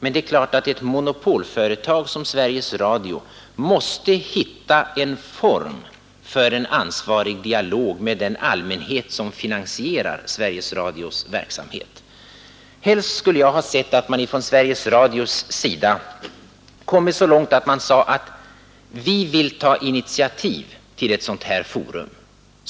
Men ett monopolföretag som Sveriges Radio måste hitta en form för en ansvarig dialog med den allmänhet som finansierar Sveriges Radios verksamhet. Helst skulle jag ha sett att man från Sveriges Radios sida hade kommit så långt att man sade: Vi vill ta initiativ till ett sådant forum.